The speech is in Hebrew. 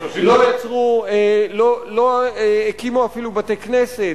לא הקימו אפילו בתי-כנסת,